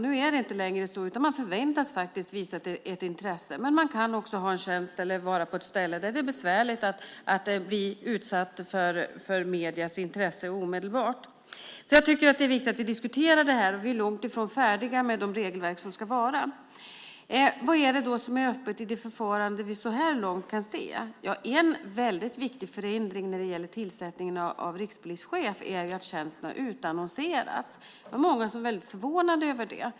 Nu är det inte längre så, utan man förväntas visa ett intresse. Man kan också ha en tjänst eller vara på ett ställe där det är besvärligt att bli utsatt för mediernas intresse omedelbart. Jag tycker att det är viktigt att vi diskuterar det här. Vi är långt ifrån färdiga med de regelverk som ska gälla. Vad är det som är öppet i det förfarande som vi så här långt kan se? En väldigt viktig förändring när det gäller tillsättningen av rikspolischef är att tjänsten har utannonserats. Många var väldigt förvånade över det.